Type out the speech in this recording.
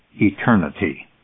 eternity